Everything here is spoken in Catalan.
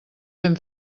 ben